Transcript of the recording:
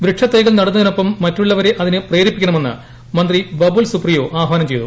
വൃക്ഷത്തൈകൾ നടുന്നതിനോടൊപ്പം മറ്റുള്ളവരെ അതിന് പ്രേരിപ്പിക്കണമെന്ന് മന്ത്രി ബാബുൽ സുപ്രിയോ ആഹ്വാനം ചെയ്തു